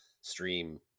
stream